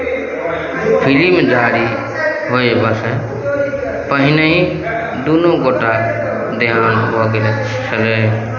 film जारी होयबासँ पहिनहि दुनू गोटाक देहान्त भऽ गेल छलै